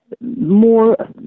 more